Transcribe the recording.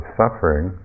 suffering